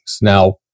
Now